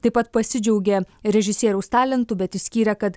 taip pat pasidžiaugė režisieriaus talentu bet išskyrė kad